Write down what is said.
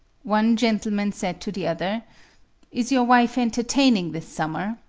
one gentleman said to the other is your wife entertaining this summer?